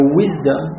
wisdom